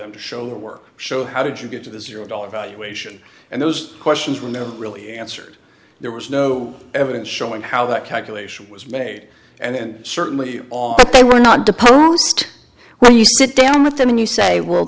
them to show their work show how did you get to the zero dollar value ation and those questions were never really answered there was no evidence showing how that calculation was made and certainly they were not to post when you sit down with them and you say well